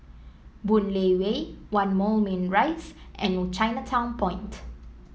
Boon Lay Way One Moulmein Rise and Chinatown Point